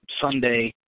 Sunday